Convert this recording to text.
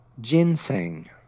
ginseng